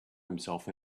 himself